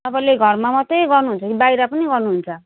तपाईँले घरमा मात्रै गर्नु हुन्छ कि बाहिर पनि गर्नुहुन्छ